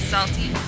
Salty